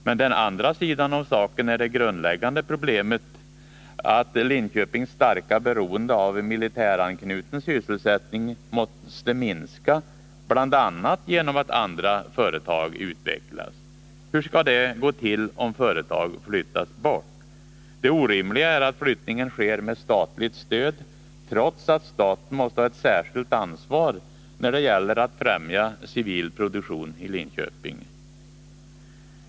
Men den andra sidan av saken är det grundläggande problemet att Linköpings starka beroende av militäranknuten sysselsättning måste minska, bl.a. genom att andra företag utvecklas. Hur skall detta gå till om företag flyttas bort? Det orimliga är att flyttningen sker med statligt stöd, trots att staten måste ha ett särskilt ansvar när det gäller att främja civil produktion i Linköping.